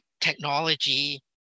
technology